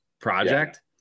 project